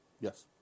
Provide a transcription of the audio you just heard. Yes